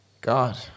God